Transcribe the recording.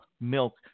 milk